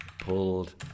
Pulled